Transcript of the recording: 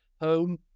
home